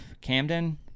camden